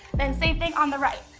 then same thing on the right.